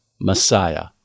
Messiah